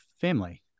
family